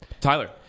Tyler